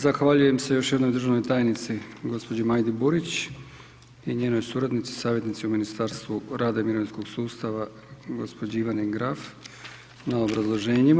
Zahvaljujem se još jednom državnoj tajnici gospođi Majdi Burić i njenoj suradnici, savjetnici u Ministarstvu rada i mirovinskog sustava gospođi Ivani Graf na obrazloženjima.